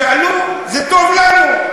שאלו: זה טוב לנו?